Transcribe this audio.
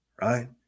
Right